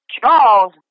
Charles